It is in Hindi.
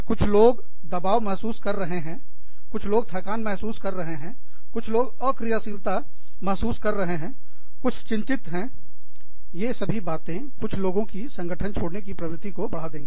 कुछ लोग दबाव महसूस कर रहे हैं कुछ लोग थकान महसूस कर रहे हैं कुछ लोग अक्रियाशीलता महसूस कर रहे हैं कुछ चिंतित हैं तो सभी चीजें बातें कुछ लोग की संगठन छोड़ने की प्रवृत्ति को बढा देंगे